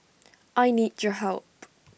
I need your help